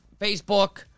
Facebook